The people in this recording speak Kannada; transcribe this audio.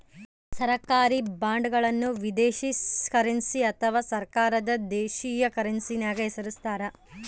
ಸರ್ಕಾರಿ ಬಾಂಡ್ಗಳನ್ನು ವಿದೇಶಿ ಕರೆನ್ಸಿ ಅಥವಾ ಸರ್ಕಾರದ ದೇಶೀಯ ಕರೆನ್ಸ್ಯಾಗ ಹೆಸರಿಸ್ತಾರ